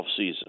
offseason